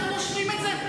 אנחנו נושמים את זה,